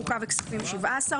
חוקה וכספים 17,